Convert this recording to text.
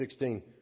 16